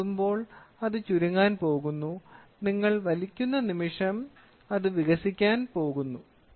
നിങ്ങൾ തൊടുമ്പോൾ അത് ചുരുങ്ങാൻ പോകുന്നു നിങ്ങൾ വലിക്കുന്ന നിമിഷം അത് വികസിക്കാൻ പോകുന്നു